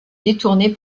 détourné